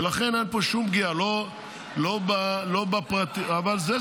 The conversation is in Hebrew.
ולכן אין פה שום פגיעה, לא בפרטיות --- אז למה?